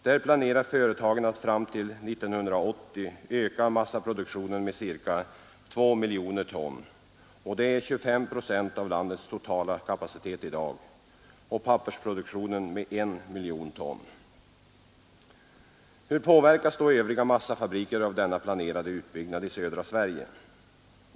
Där planerar företagen att fram till 1980 öka massaproduktionen med ca 2 miljoner ton — det är 25 procent av landets totala kapacitet i dag — och pappersproduktionen med 1 miljon ton. Hur påverkas då övriga massafabriker av denna planerade utbyggnad i södra Sverige?